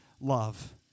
love